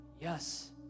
Yes